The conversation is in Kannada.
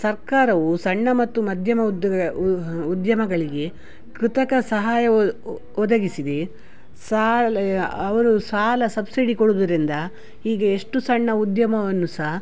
ಸರ್ಕಾರವು ಸಣ್ಣ ಮತ್ತು ಮಧ್ಯಮ ಉದ್ದುಗ ಉದ್ಯಮಗಳಿಗೆ ಕೃತಕ ಸಹಾಯ ಒ ಒದಗಿಸಿದೆ ಸಾಲ ಅವರು ಸಾಲ ಸಬ್ಸಿಡಿ ಕೊಡುವುದರಿಂದ ಹೀಗೆ ಎಷ್ಟು ಸಣ್ಣ ಉದ್ಯಮವನ್ನು ಸಹ